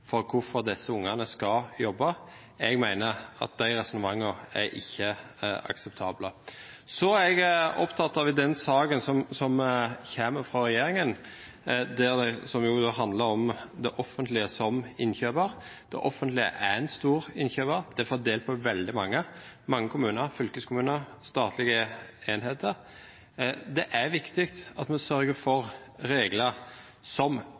for hvorfor disse ungene skal jobbe. Jeg mener at de resonnementene ikke er akseptable. Så er jeg opptatt av den saken som kommer fra regjeringen, som jo handler om det offentlige som innkjøper. Det offentlige er en stor innkjøper. Det er fordelt på veldig mange: mange kommuner, fylkeskommuner, statlige enheter. Det er viktig at vi sørger for regler som